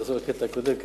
אני אחזור לקטע הקודם,